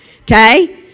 Okay